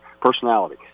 personality